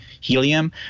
helium